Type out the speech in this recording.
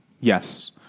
Yes